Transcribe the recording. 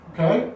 Okay